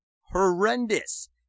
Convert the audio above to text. horrendous